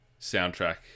soundtrack